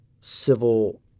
civil